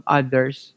others